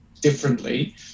differently